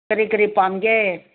ꯀꯔꯤ ꯀꯔꯤ ꯄꯥꯝꯒꯦ